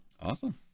Awesome